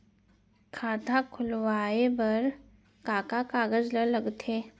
खाता खोलवाये बर का का कागज ल लगथे?